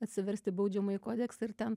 atsiversti baudžiamąjį kodeksą ir ten